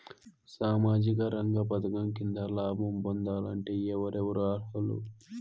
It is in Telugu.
సామాజిక రంగ పథకం కింద లాభం పొందాలంటే ఎవరెవరు అర్హులు?